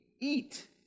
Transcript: Eat